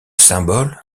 symbole